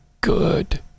good